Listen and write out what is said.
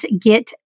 get